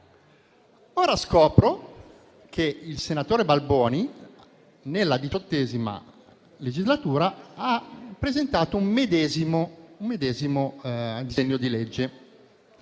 Ora scopro che il senatore Balboni, nella XVIII legislatura, ha presentato un medesimo disegno di legge.